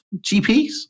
GPS